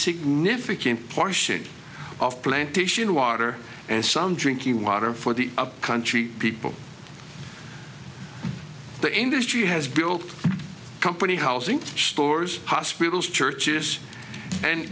significant portion of plantation water and some drinking water for the country people the industry has built a company housing stores hospitals churches and